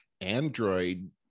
Android